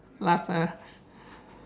laugh ah